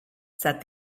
said